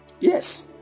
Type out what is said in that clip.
Yes